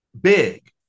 big